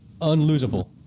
unlosable